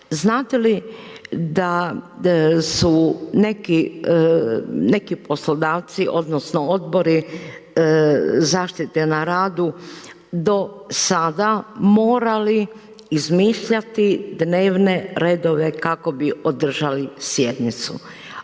Znate li da su neki poslodavci, odnosno odbori zaštite na radu do sada morali izmišljati dnevne redove kako bi održali sjednicu?